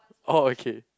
orh okay